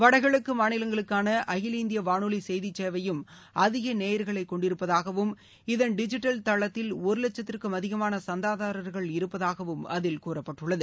வடகிழக்கு மாநிலங்களுக்கான அகில இந்திய வானொலி செய்திச் சேவையும் அதிக நேயர்களைக் கொண்டிருப்பதாகவும்இதன் டிஜிட்டல் தளத்தில் ஒரு லட்சத்திற்கும் அதிகமான சந்தாதாரர்கள் இருப்பதாகவும் அதில் கூறப்பட்டுள்ளது